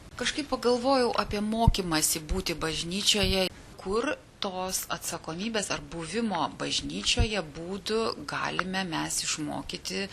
kažkaip pagalvojau apie mokymąsi būti bažnyčioje kur tos atsakomybės ar buvimo bažnyčioje būdų galime mes išmokyti